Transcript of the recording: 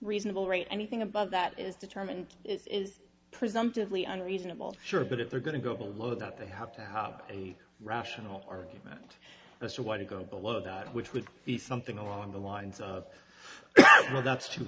reasonable rate anything above that is determined is presumptively unreasonable sure but if they're going to go below that they have to have a rational argument as to why to go below that which would be something along the lines of well that's too